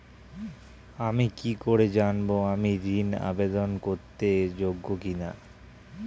আমি কি করে জানব আমি ঋন আবেদন করতে যোগ্য কি না?